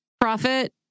profit